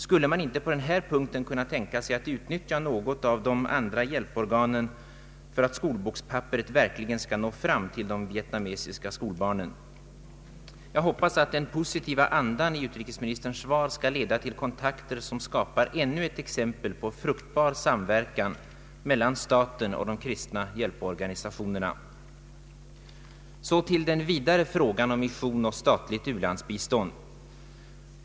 Skulle man inte på denna punkt kunna tänka sig att utnyttja något av de kristna hjälporganen för att skolbokspapperet verkligen skall nå fram till de vietnamesiska skolbarnen? Jag hoppas att den positiva andan i utrikesministerns svar skall leda till kontakter som skapar ännu ett exempel på fruktbar samverkan mellan staten och de kristna hjälporganisationerna. Så till den vidare frågan om mission och statligt u-landsbistånd.